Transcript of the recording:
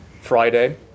Friday